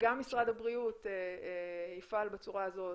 שגם משרד הבריאות יפעל בצורה הזאת